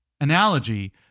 analogy